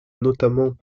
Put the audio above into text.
notamment